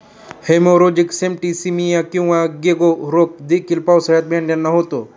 haemorrhagic septicaemia किंवा गेको रोग देखील पावसाळ्यात मेंढ्यांना होतो